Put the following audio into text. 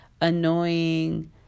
annoying